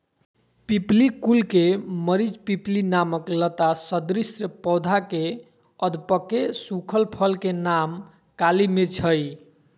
पिप्पली कुल के मरिचपिप्पली नामक लता सदृश पौधा के अधपके सुखल फल के नाम काली मिर्च हई